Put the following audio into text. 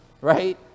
right